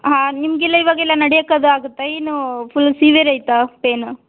ಹಾಂ ನಿಮಗೆಲ್ಲಾ ಇವಾಗೆಲ್ಲ ನಡೆಯೋಕ್ ಅದು ಆಗುತ್ತಾ ಏನು ಫುಲ್ ಸೀವ್ಯರ್ ಐತಾ ಪೇನು